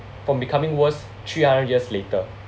from becoming worse three hundred years later